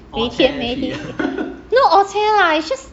没天没地 no orh ceh lah it's just